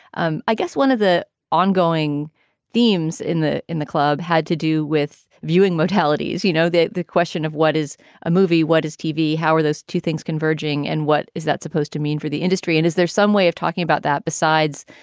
um i guess one of the ongoing themes in the in the club had to do with viewing mortalities. you know, the the question of what is a movie, what is tv, how are those two things converging and what is that supposed to mean for the industry? and is there some way of talking about that besides,